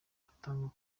dutangira